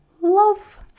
love